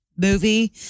movie